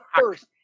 first